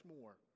more